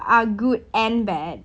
are good and bad